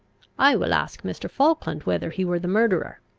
i will ask mr. falkland whether he were the murderer.